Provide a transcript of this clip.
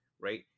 right